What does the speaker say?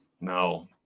no